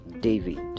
David